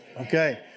Okay